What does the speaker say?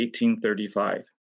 1835